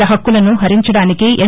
ల హక్కులను హరించడానికి ఎస్